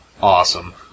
awesome